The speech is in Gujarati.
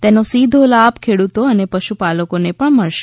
તેનો સીધો લાભ ખેડૂતો અને પશુપાલકોને પણ મળશે